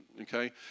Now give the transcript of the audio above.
Okay